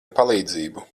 palīdzību